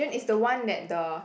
~gent is the one that the